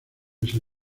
ese